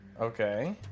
Okay